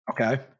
Okay